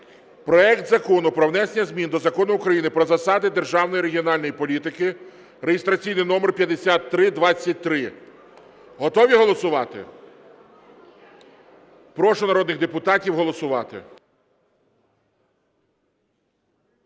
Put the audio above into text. проект Закону про внесення змін до Закону України "Про засади державної регіональної політики" (реєстраційний номер 5323). Готові голосувати? Прошу народних депутатів голосувати.